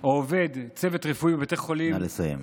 או עובד צוות רפואי בבתי חולים, נא לסיים.